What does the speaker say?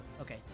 Okay